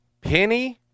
Penny